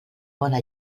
bona